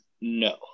no